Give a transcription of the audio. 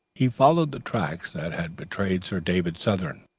he followed the tracks that had betrayed sir david southern.